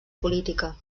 política